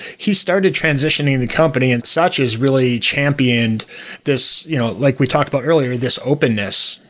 he started transitioning the company and such has really championed this you know like we talked about earlier, this openness,